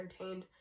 entertained